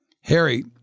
Harry